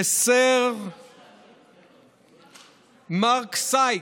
וסר מרק סייקס,